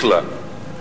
בכלל.